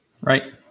Right